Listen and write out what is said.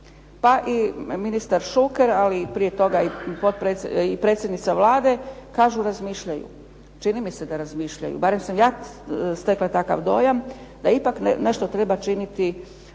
pa i ministar Šuker, prije toga i predsjednica Vlade, kažu razmišljaju. Čini mi se da razmišljaju barem sam ja stekla takav dojam da ipak nešto treba činiti